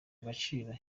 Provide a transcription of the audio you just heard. agaciro